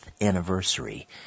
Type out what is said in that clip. anniversary